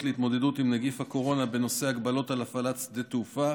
להתמודדות עם נגיף הקורונה בנושא הגבלות על הפעלה שדה תעופה,